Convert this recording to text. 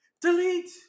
delete